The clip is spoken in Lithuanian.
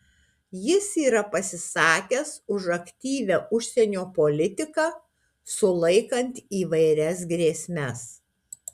jis yra pasisakęs už aktyvią užsienio politiką sulaikant įvairias grėsmes